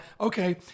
okay